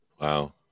Wow